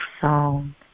song